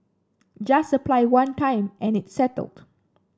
just apply one time and it's settled